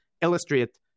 illustrate